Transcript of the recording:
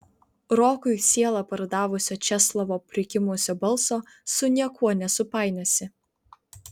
rokui sielą pardavusio česlovo prikimusio balso su niekuo nesupainiosi